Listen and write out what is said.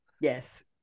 Yes